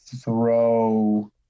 throw